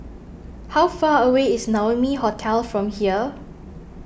how far away is Naumi Hotel from here